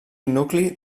nucli